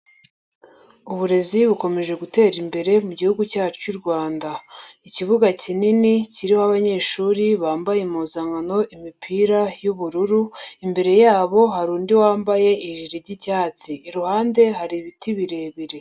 Uburezi bukomeje gutera imbere mu Gihugu cyacu cy'u Rwanda. Ikibuga kinini kiho abanyeshuri bambaye impuzankano imipira y'ubururu, imbere yabo hari undi wambaye ijire ry'icyatsi, iruhande hari ibiti birebire.